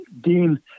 Dean